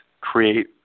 create